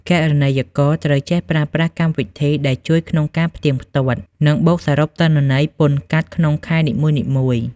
គណនេយ្យករត្រូវចេះប្រើប្រាស់កម្មវិធីដែលជួយក្នុងការផ្ទៀងផ្ទាត់ និងបូកសរុបទិន្នន័យពន្ធកាត់ទុកក្នុងខែនីមួយៗ។